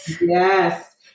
Yes